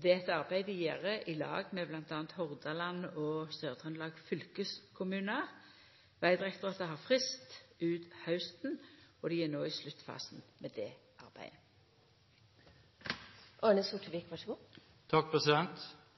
Det er eit arbeid dei gjer i lag med m.a. Hordaland og Sør-Trøndelag fylkeskommunar. Vegdirektoratet har frist ut hausten, og dei er no i sluttfasen med dette arbeidet.